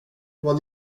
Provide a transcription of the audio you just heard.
vad